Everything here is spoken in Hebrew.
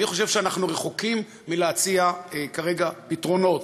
אני חושב שאנחנו רחוקים מלהציע כרגע פתרונות.